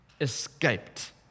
escaped